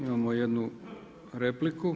Imamo jednu repliku.